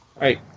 right